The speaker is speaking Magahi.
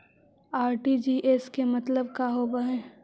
आर.टी.जी.एस के मतलब का होव हई?